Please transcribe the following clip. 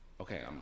okay